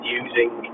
using